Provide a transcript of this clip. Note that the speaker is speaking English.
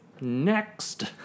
Next